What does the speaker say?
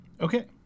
okay